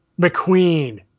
mcqueen